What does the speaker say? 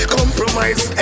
compromise